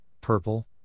purple